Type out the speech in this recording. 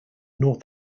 north